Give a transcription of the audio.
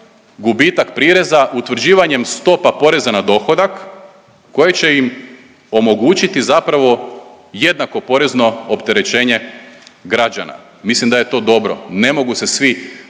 gubitak prireza utvrđivanjem stopa poreza na dohodak koje će im omogućiti zapravo jednako porezno opterećenje građana. Mislim da je to dobro, ne mogu se svi